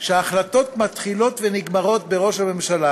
שההחלטות מתחילות ונגמרות בראש הממשלה,